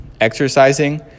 exercising